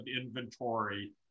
inventory